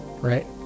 right